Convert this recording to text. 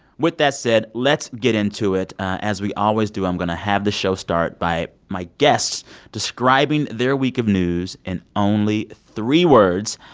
with that said, let's get into it. as we always do, i'm going to have the show start by my guests describing their week of news in only three words.